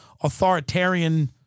authoritarian